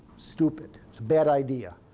stupid. it's a bad idea.